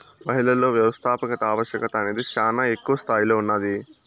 మహిళలలో వ్యవస్థాపకత ఆవశ్యకత అనేది శానా ఎక్కువ స్తాయిలో ఉన్నాది